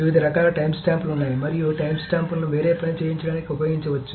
వివిధ రకాల టైమ్స్టాంప్లు ఉన్నాయి మరియు టైమ్స్టాంప్లను వేరే పని చేయడానికి ఉపయోగించవచ్చు